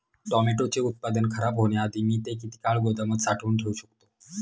टोमॅटोचे उत्पादन खराब होण्याआधी मी ते किती काळ गोदामात साठवून ठेऊ शकतो?